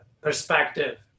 perspective